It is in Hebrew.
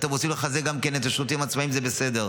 אם אתם רוצים לחזק גם את השירותים העצמאיים זה בסדר.